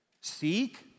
Seek